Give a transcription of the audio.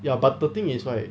ya but the thing is like